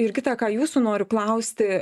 jurgita ką jūsų noriu klausti